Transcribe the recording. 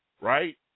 right